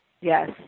Yes